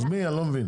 אז מי, אני לא מבין.